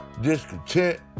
discontent